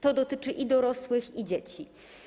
To dotyczy i dorosłych, i dzieci.